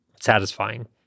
satisfying